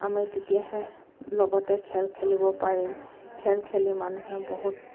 আমি তেতিয়াহে লগতে খেল খেলিব পাৰিম খেল খেলি মানুহে বহুত